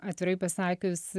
atvirai pasakius